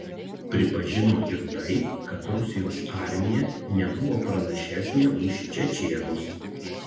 pripažino ir tai kad rusijos armija nebuvo pranašesnė už čečėnus